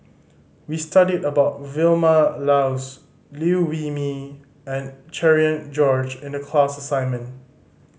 we studied about Vilma Laus Liew Wee Mee and Cherian George in the class assignment